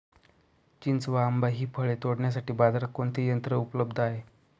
चिंच व आंबा हि फळे तोडण्यासाठी बाजारात कोणते यंत्र उपलब्ध आहे?